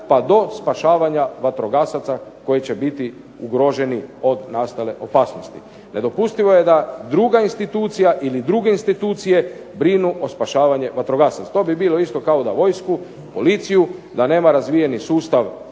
pa do spašavanja vatrogasaca koji će biti ugroženi od nastale opasnosti. Nedopustivo je da druga institucija ili druge institucije brinu o spašavanju vatrogasaca. To bi bilo isto kao da vojsku, policiju, da nema razvijeni sustav